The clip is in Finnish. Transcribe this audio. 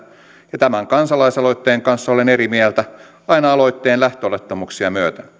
ja tämän kansalaisaloitteen kanssa olen eri mieltä aina aloitteen lähtöolettamuksia myöten